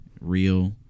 real